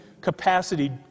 capacity